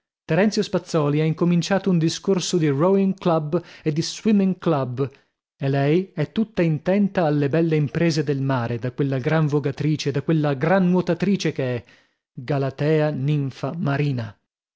terenzio spazzòli ha incominciato un discorso di rowing club e di swimming club e lei è tutta intenta alle belle imprese del mare da quella gran vogatrice da quella gran nuotatrice che è galatea ninfa marina